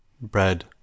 Bread